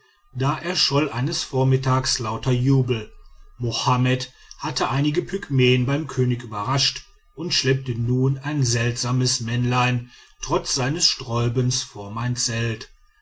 da erscholl eines vormittags lauter jubel mohammed hatte einige pygmäen beim könig überrascht und schleppte nun ein seltsames männlein trotz seines sträubens vor mein zelt